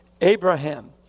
Abraham